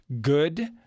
good